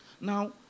Now